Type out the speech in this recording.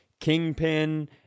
Kingpin